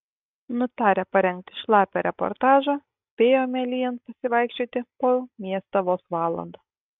nutarę parengti šlapią reportažą spėjome lyjant pasivaikščioti po miestą vos valandą